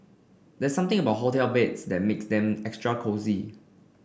there's something about hotel beds that makes them extra cosy